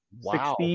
Wow